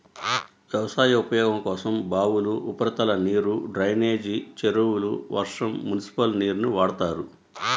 వ్యవసాయ ఉపయోగం కోసం బావులు, ఉపరితల నీరు, డ్రైనేజీ చెరువులు, వర్షం, మునిసిపల్ నీరుని వాడతారు